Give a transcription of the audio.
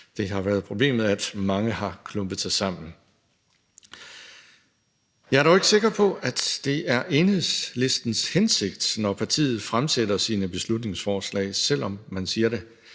har været, at mange har klumpet sig sammen. Jeg er dog ikke sikker på, at det er Enhedslistens hensigt, når partiet fremsætter sine beslutningsforslag, selv om man siger det.